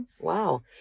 Wow